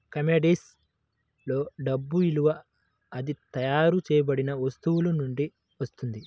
commodities లో డబ్బు విలువ అది తయారు చేయబడిన వస్తువు నుండి వస్తుంది